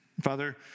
Father